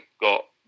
got